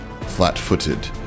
flat-footed